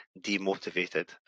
demotivated